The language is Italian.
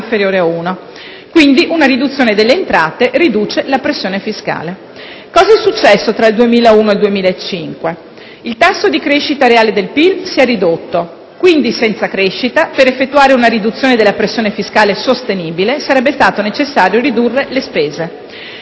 una riduzione delle entrate riduce la pressione fiscale). Cosa è accaduto tra il 2001 e il 2005? Il tasso di crescita reale del PIL si è ridotto. Quindi, senza crescita per effettuare una riduzione della pressione fiscale sostenibile, sarebbe stato necessario ridurre le spese.